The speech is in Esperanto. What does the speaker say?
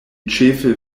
ĉefe